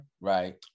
Right